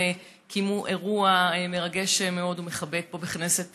שקיימו היום אירוע מרגש מאוד ומחבק פה בכנסת